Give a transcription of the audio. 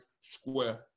square